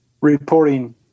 reporting